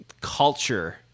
culture